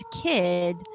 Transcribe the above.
kid